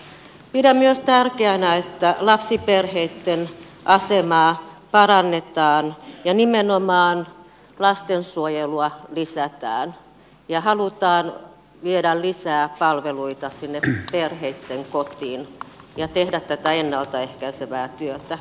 pidän myös tärkeänä että lapsiperheitten asemaa parannetaan ja nimenomaan lastensuojelua lisätään ja halutaan viedä lisää palveluita sinne perheitten kotiin ja tehdä tätä ennalta ehkäisevää työtä